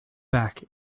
back